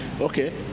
Okay